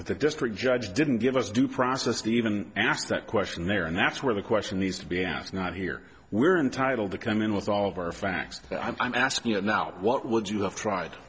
but the district judge didn't give us due process to even ask that question there and that's where the question needs to be asked not here we're entitled to come in with all of our facts i'm asking you not what would you have tried